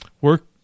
Work